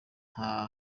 nta